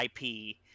IP